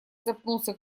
запнулся